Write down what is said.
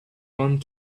want